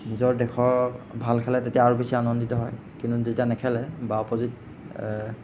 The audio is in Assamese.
নিজৰ দেশক ভাল খেলে তেতিয়া আৰু বেছি আনন্দিত হয় কিন্তু যেতিয়া নেখেলে বা অপজিত